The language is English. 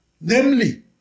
namely